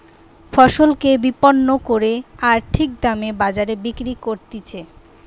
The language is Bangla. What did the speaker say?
ফসলকে বিপণন করে আর ঠিক দরে বাজারে বিক্রি করতিছে